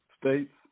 states